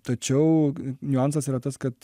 tačiau niuansas yra tas kad